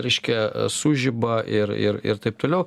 reiškia sužiba ir ir ir taip toliau